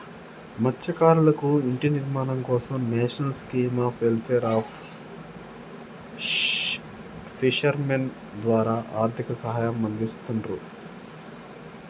మత్స్యకారులకు ఇంటి నిర్మాణం కోసం national scheme of welfare of fishermen ద్వారా ఆర్థిక సహాయం అందిస్తున్రు